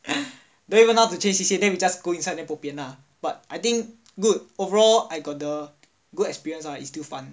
don't even know how to change C_C_A then we just go inside then bo bian ah but I think good overall I got the good experience so it's still fun